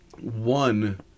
one